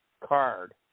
Card